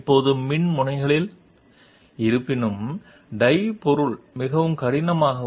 కానీ సమస్య మిగిలి ఉంది ప్రారంభంలో ఈ సంక్లిష్టమైన 3 డైమెన్షనల్ ఆకారాన్ని ఇప్పుడు ఎలక్ట్రోడ్లపై ఎలా ఉత్పత్తి చేయాలి